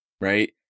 right